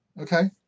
Okay